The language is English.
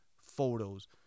photos